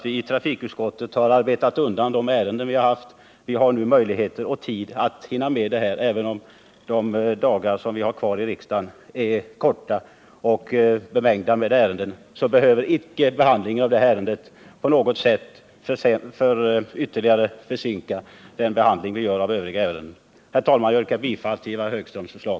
I trafikutskottet har vi arbetat undan de ärenden vi har haft att behandla, och vi har nu möjlighet och tid att hinna med även detta ärende. Även om de dagar vi nu har kvar att arbeta i riksdagen är få och bemängda med arbetsuppgifter behöver inte behandlingen av detta ärende på något sätt försinka behandlingen av de övriga. Herr talman! Jag yrkar bifall till Ivar Högströms förslag.